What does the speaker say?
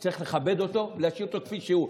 וצריך לכבד אותו ולהשאיר אותו כפי שהוא.